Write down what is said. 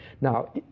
Now